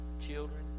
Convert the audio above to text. children